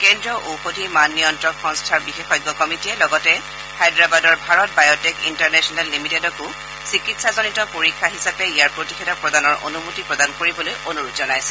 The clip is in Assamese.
কেন্দ্ৰীয় ঔষধি মান নিয়ন্ত্ৰণ সংস্থাৰ বিশেষজ্ঞ কমিটীয়ে লগতে হায়দৰাবাদৰ ভাৰত বায়টেক ইণ্টাৰনেশ্যনেল লিমিটেডকো চিকিৎসাজনিত পৰীক্ষা হিচাপে ইয়াৰ প্ৰতিশেষধক প্ৰদানৰ অনুমতি প্ৰদান কৰিবলৈ অনুৰোধ জনাইছে